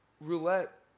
roulette –